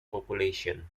population